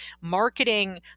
Marketing